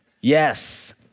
Yes